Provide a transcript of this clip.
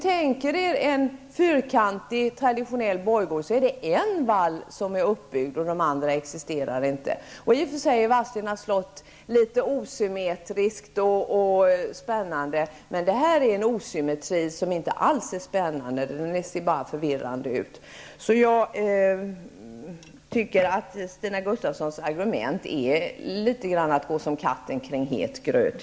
Tänk er en fyrkantig traditionell borggård -- men i Vadstena är det bara en vall uppbyggd och de andra existerar inte. Vadstena slott är i och för sig litet asymmetriskt och spännande, men det här är en asymmetri som inte alls är spännande; det ser bara förvirrande ut. Jag tycker att Stina Gustavssons argument tyvärr är litet grand som att gå som katten kring het gröt.